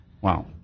Wow